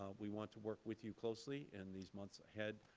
we want to work with you closely in these months ahead.